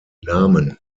namen